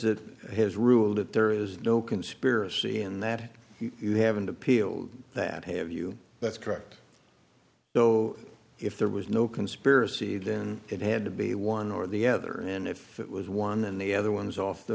it has ruled that there is no conspiracy and that you haven't appealed that have you that's correct though if there was no conspiracy then it had to be one or the other and if it was one and the other one's off the